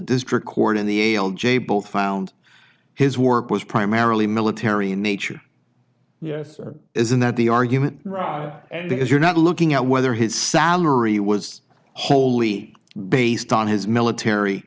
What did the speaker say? district court in the ail j both found his work was primarily military in nature yes isn't that the argument route and if you're not looking at whether his salary was wholly based on his military